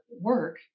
work